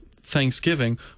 thanksgiving